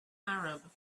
arab